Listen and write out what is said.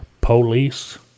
police